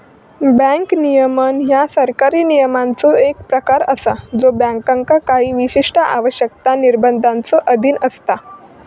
bank नियमन ह्या सरकारी नियमांचो एक प्रकार असा ज्यो बँकांका काही विशिष्ट आवश्यकता, निर्बंधांच्यो अधीन असता